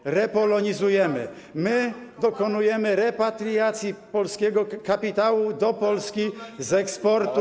My repolonizujemy, my dokonujemy repatriacji polskiego kapitału do Polski z eksportu.